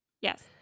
yes